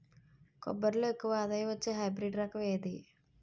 కొబ్బరి లో ఎక్కువ ఆదాయం వచ్చే హైబ్రిడ్ రకం ఏది?